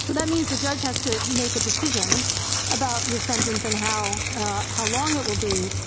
so that means the judge has to make a decision about your sentence and how how long it will be.